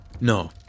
No